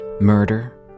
murder